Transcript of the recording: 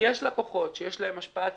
יש לקוחות שיש להם השפעה ציבורית,